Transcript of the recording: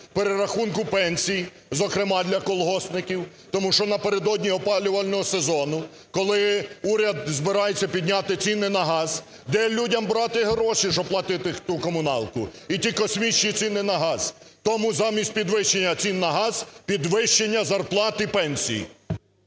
перерахунку пенсій, зокрема для колгоспників. Тому що напередодні опалювального сезону, коли уряд збирається підняти ціни на газ, де людям брати гроші, щоб платити ту комуналку і ті космічні ціни на газ? Тому замість підвищення цін на газ – підвищення зарплат і пенсій.